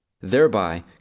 thereby